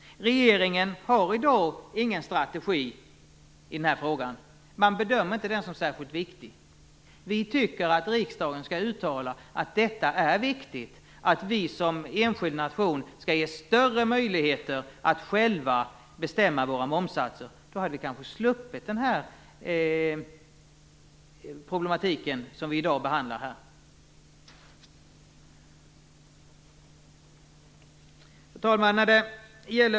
Regeringen har i dag ingen strategi i den här frågan. Man bedömer inte den som särskilt viktig. Vi tycker att riksdagen skall uttala att det är viktigt att Sverige som enskild nation skall ges större möjligheter att själva bestämma våra momssatser. Då hade vi kanske sluppit den problematik vi i dag behandlar. Fru talman!